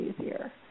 easier